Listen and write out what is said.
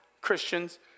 Christians